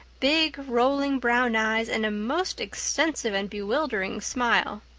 big, rolling brown eyes, and a most extensive and bewildering smile.